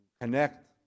connect